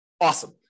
Awesome